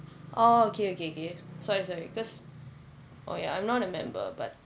orh okay okay okay sorry sorry because oh ya I'm not a member but